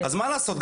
מה לעשות,